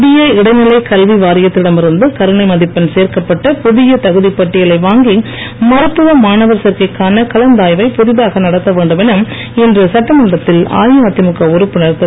மத்திய இடைநிலை கல்வி வாரியத்திடம் இருந்து கருணை மதிப்பெண் சேர்க்கப்பட்ட புதிய தகுதிப் பட்டியலை வாங்கி மருத்துவ மாணவர் சேர்க்கைக்கான கலந்தாய்வை புதிதாக நடத்த வேண்டும் என இன்று சட்டமன்றத்தில் அஇஅதிமுக உறுப்பினர் திரு